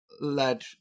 let